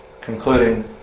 concluding